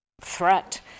threat